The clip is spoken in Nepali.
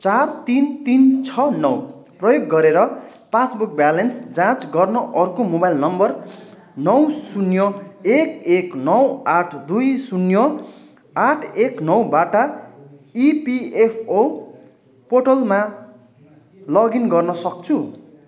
चार तिन तिन छ नौ प्रयोग गरेर पासबुक ब्यालेन्स जाँच गर्न अर्को मोबाइल नम्बर नौ शून्य एक एक नौ आठ दुई शून्य आठ एक नौबाट इपिएफओ पोर्टलमा लगइन गर्नसक्छु